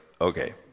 okay